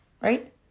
Right